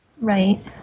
Right